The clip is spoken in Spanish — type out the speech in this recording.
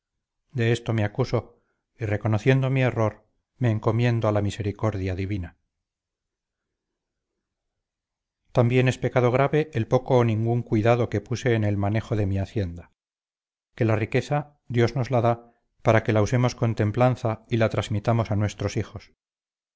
de esto me acuso y reconociendo mi error me encomiendo a la misericordia divina también es pecado grave el poco o ningún cuidado que puse en el manejo de mi hacienda que la riqueza dios nos la da para que la usemos con templanza y la transmitamos a nuestros hijos